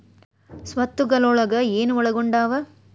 ಸ್ವತ್ತುಗಲೊಳಗ ಏನು ಒಳಗೊಂಡಾವ?